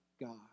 God